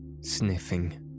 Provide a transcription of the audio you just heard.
sniffing